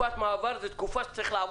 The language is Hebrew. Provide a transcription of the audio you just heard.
זה לוודא שבמקום שזה ייקח